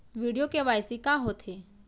video KYC का होथे